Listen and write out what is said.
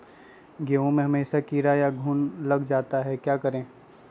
गेंहू में हमेसा कीड़ा या घुन लग जाता है क्या करें?